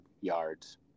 yards